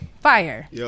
Fire